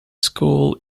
school